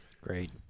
Great